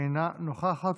אינה נוכחת.